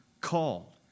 called